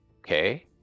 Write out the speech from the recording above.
okay